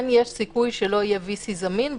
כן יש סיכוי שלא יהיה VC זמין,